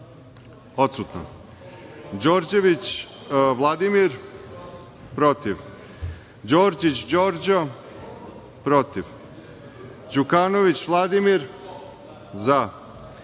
odsutna; Đorđević Vladimir – protiv; Đorđić Đorđo – protiv; Đukanović Vladimir –